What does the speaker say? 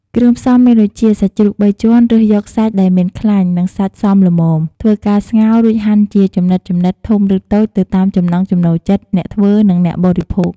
គ្រឿងផ្សំមានដូចជា សាច់ជ្រូកបីជាន់រើសយកសាច់ដែលមានខ្លាញ់ និងសាច់សមល្មម ធ្វើការស្ងោររួចហាន់ជាចំណិតៗធំឬតូចទៅតាមចំណង់ចំណូលចិត្តអ្នកធ្វើនិងអ្នកបរិភោគ។